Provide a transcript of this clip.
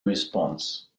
response